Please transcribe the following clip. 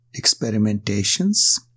experimentations